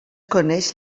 coneix